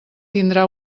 tindrà